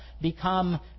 become